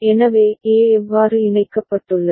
எனவே A எவ்வாறு இணைக்கப்பட்டுள்ளது